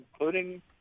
including